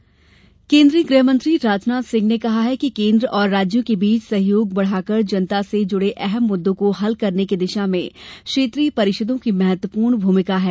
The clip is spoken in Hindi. राजनाथ सिंह केन्द्रीय गृहमंत्री राजनाथ सिंह ने कहा है कि केन्द्र और राज्यों के बीच सहयोग बढ़ाकर जनता से जुड़े अहम मुद्दों को हल करने की दिशा में क्षेत्रीय परिषदों की महत्वपूर्ण भूमिका है